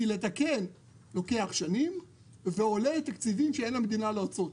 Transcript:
כי לתקן לוקח שנים ועולה בתקציבים שאין למדינה להקצות.